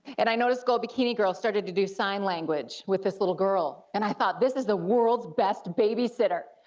and i noticed the gold bikini girl started to do sign language with this little girl, and i thought this is the world's best babysitter,